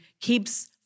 keeps